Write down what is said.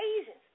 Asians